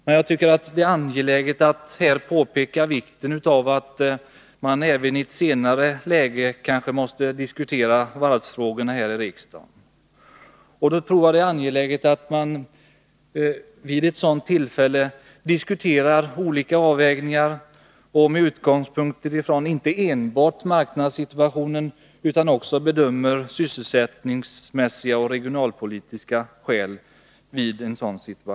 Vi kommer emellertid säkerligen också vid senare tillfällen att i riksdagen få ta ställning till varvsfrågorna. Vid våra överväganden måste vi då ta hänsyn till inte bara marknadssituationen utan också sysselsättning och regionalpolitik.